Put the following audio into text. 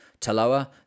Taloa